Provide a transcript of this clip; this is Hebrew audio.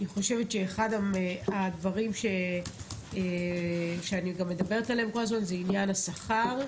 אני חושבת שאחד הדברים שאני גם מדברת עליהם כל הזמן זה עניין השכר,